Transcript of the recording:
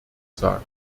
sagen